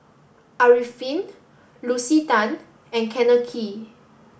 Arifin Lucy Tan and Kenneth Kee